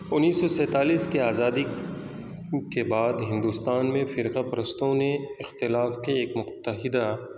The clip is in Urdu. انیس سو سینتالیس کی آزادی کے بعد ہندوستان میں فرقہ پرستوں نے اختلاف کے ایک متحدہ